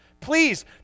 Please